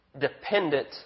dependent